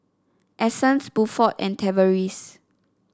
Essence Buford and Tavaris